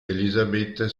elisabetta